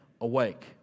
awake